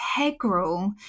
integral